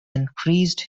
increased